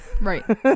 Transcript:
Right